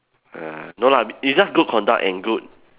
ah no lah it's just good conduct and good